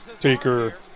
Taker